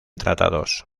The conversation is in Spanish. tratados